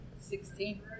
Sixteen